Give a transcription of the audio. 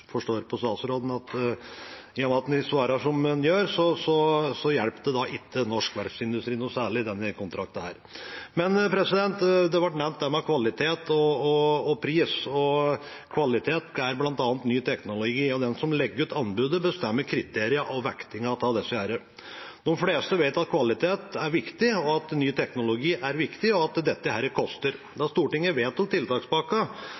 forstår på statsråden, i og med at en svarer som en gjør, at denne kontrakten ikke hjelper norsk verftsindustri noe særlig. Kvalitet og pris ble nevnt. Kvalitet er bl.a. ny teknologi, og den som legger ut anbudet, bestemmer kriteriene og vektingen av disse. De fleste vet at kvalitet er viktig, at ny teknologi er viktig, og at dette koster. Da Stortinget vedtok tiltakspakken